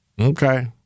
okay